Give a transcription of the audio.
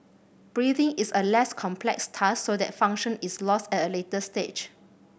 breathing is a less complex task so that function is lost at a later stage